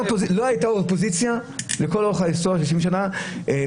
מישהו חושב שבקואליציה במצב של 59-61 או 58-62 יהיה קל,